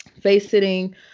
face-sitting